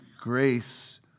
grace